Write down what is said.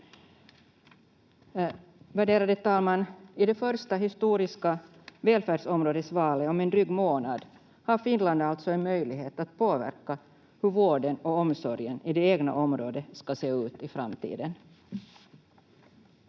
Värderade talman! I det första historiska välfärdsområdesvalet om en dryg månad har Finland alltså en möjlighet att påverka hur vården och omsorgen i det egna området ska se ut i framtiden.